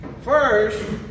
First